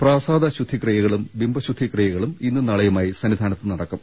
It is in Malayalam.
പ്രാസാദ ശുദ്ധിക്രിയകളും ബിംബ ശുദ്ധിക്രിയകളും ഇന്നും നാളെയുമായി സന്നിധാനത്ത് നട ക്കും